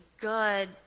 good